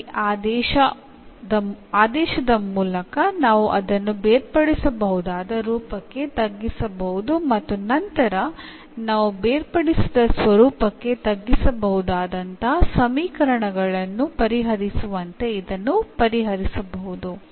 അല്ലാത്തപക്ഷം ഇതിനെ variable separable ഫോമിലേക്ക് മാറ്റി നമ്മൾ മുമ്പ് ചെയ്ത വിധത്തിൽ സൊല്യൂഷൻ കണ്ടെത്താൻ സാധിക്കും